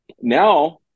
now